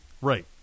Right